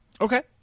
Okay